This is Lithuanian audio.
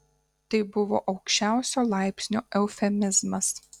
tai buvo aukščiausio laipsnio eufemizmas